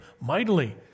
mightily